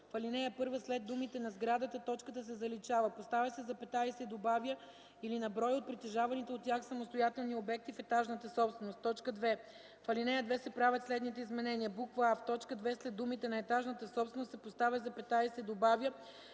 ал. 1 след думите „на сградата” точката се заличава, поставя се запетая и се добавя „или на броя от притежаваните от тях самостоятелни обекти в етажната собственост”. 2. В чл. 17, ал. 2, т. 2 след думите „на етажната собственост” се поставя запетая и се добавя